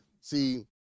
see